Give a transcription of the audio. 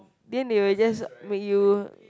then they will just when you